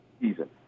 season